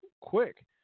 quick